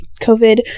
COVID